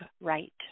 right